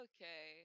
Okay